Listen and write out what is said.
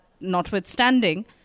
notwithstanding